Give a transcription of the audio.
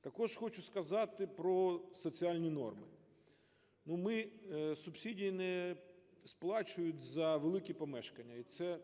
Також хочу сказати про соціальні норми. Ми… субсидії не сплачують за великі помешкання. І це